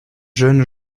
jeunes